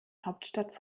hauptstadt